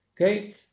Okay